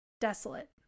desolate